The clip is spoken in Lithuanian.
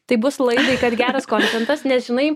tai bus laidai kad geraskontentas nes žinai